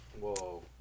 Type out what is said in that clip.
Whoa